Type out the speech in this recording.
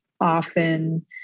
often